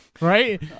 Right